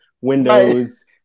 windows